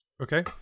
Okay